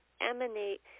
emanate